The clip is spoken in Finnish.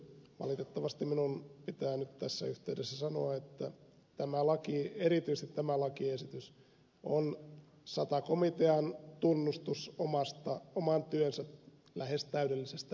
valitettavasti minun pitää nyt tässä yhteydessä sanoa että erityisesti tämä lakiesitys on sata komitean tunnustus oman työnsä lähes täydellisestä epäonnistumisesta